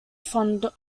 fond